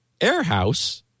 Airhouse